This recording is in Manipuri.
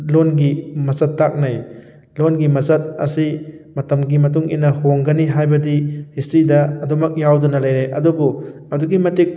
ꯂꯣꯟꯒꯤ ꯃꯆꯠ ꯇꯥꯛꯅꯩ ꯂꯣꯟꯒꯤ ꯃꯆꯠ ꯑꯁꯤ ꯃꯇꯝꯒꯤ ꯃꯇꯨꯡ ꯏꯟꯅ ꯍꯣꯡꯒꯅꯤ ꯍꯥꯏꯕꯗꯤ ꯍꯤꯁꯇ꯭ꯔꯤꯗ ꯑꯗꯨꯝꯃꯛ ꯌꯥꯎꯗꯨꯅ ꯂꯩꯔꯦ ꯑꯗꯨꯕꯨ ꯑꯗꯨꯛꯀꯤ ꯃꯇꯤꯛ